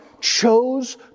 chose